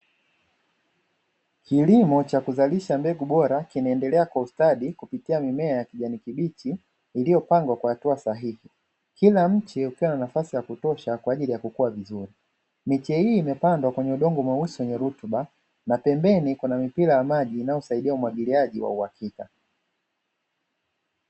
Kilimo cha kuzalisha mbegu bora, kinaendelea kwa ustadi, ikiwa mimea ya kijani kibichi iliyopandwa kwa hatua usahihi. Kila mche ukiwa na nafasi yakutosha kwaajili yakukua vizuri, miche hii imepandwa kwenye udongo mweusi wenye rutuba na pembeni kuna mipira inayosaidia umwagiliaji wa uhakika.